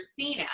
Cena